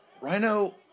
Rhino